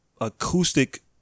acoustic